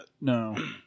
No